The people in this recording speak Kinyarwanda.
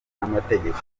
n’amategeko